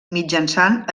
mitjançant